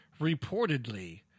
reportedly